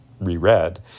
reread